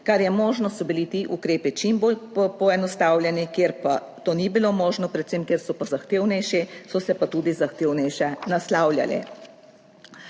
Kar je možno, so bili ti ukrepi čim bolj poenostavljeni, kjer pa to ni bilo možno, predvsem, ker so pa zahtevnejši, so se pa tudi zahtevnejše naslavljali.